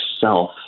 self